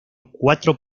cuatro